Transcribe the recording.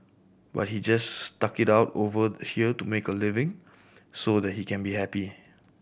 but he just stuck it out over here to make a living so that he can be happy